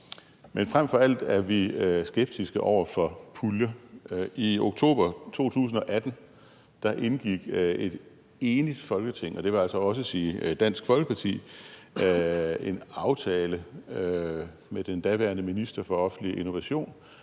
Men frem for alt er vi skeptiske over for puljer. I oktober 2018 indgik et enigt Folketing, og det vil altså også sige Dansk Folkeparti, en aftale med den daværende minister for offentlig innovation